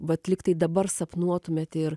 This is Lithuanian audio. vat lyg tai dabar sapnuotumėt ir